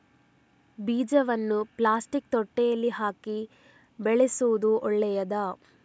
ಬೀಜವನ್ನು ಪ್ಲಾಸ್ಟಿಕ್ ತೊಟ್ಟೆಯಲ್ಲಿ ಹಾಕಿ ಬೆಳೆಸುವುದು ಒಳ್ಳೆಯದಾ?